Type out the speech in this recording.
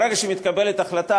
ברגע שמתקבלת החלטה,